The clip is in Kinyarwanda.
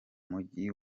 mujyi